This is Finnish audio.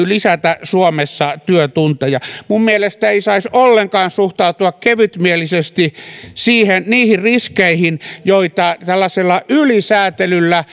lisätä suomessa työtunteja minun mielestäni ei saisi ollenkaan suhtautua kevytmielisesti niihin riskeihin joita tällaisesta ylisäätelystä